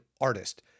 artist